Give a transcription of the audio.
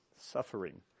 suffering